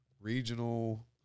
regional